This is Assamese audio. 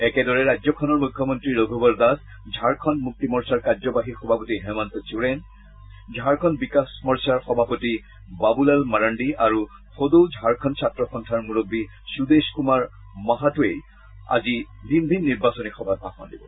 একেদৰে ৰাজ্যখনৰ মখ্যমন্ত্ৰী ৰঘুবৰ দাস ঝাৰখণ্ড মক্তি মৰ্চাৰ কাৰ্যবাহী সভাপতি হেমন্ত চোৰেণ ঝাৰখণ্ড বিকাশ মৰ্চাৰ সভাপতি বাবুলাল মাৰাণ্ডী আৰু সদৌ ঝাৰখণ্ড ছাত্ৰ সন্থাৰ মূৰববী সুদেশ কুমাৰ মাহাতোইও আজি ভিন ভিন নিৰ্বাচনী সভাত ভাষণ দিব